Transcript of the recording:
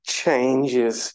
changes